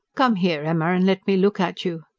come here, emma, and let me look at you.